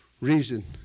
reason